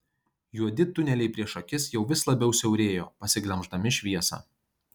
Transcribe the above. juodi tuneliai prieš akis jau vis labiau siaurėjo pasiglemždami šviesą